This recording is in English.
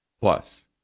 Plus